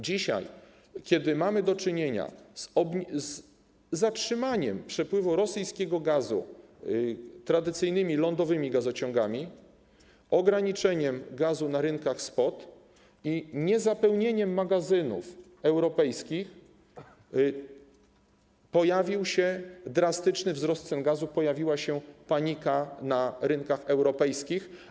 Dzisiaj, kiedy mamy do czynienia z zatrzymaniem przepływu rosyjskiego gazu tradycyjnymi lądowymi gazociągami, ograniczeniem gazu na rynkach spot i niezapełnieniem magazynów europejskich, pojawił się drastyczny wzrost cen gazu, pojawiła się panika na rynkach europejskich.